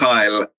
Kyle